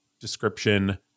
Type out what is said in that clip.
description